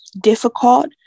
difficult